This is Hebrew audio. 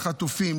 לחטופים,